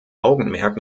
augenmerk